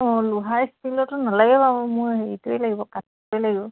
অঁ লোহা ষ্টিলতো নালাগে বাৰু মোক হেৰিটোৱে লাগিব কাঠটোৱে লাগিব